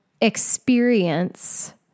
experience